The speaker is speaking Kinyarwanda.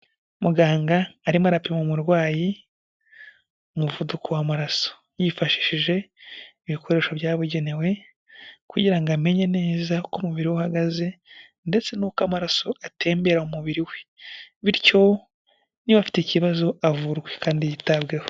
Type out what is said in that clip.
Muganga arimo arapima umurwayi umuvuduko w'amaraso yifashishije ibikoresho byabugenewe kugira ngo amenye neza uko umubiri uhagaze ndetse n'uko amaraso atembera umubiri we bityo niba afite ikibazo avurwa kandi yitabweho .